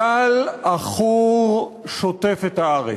גל עכור שוטף את הארץ,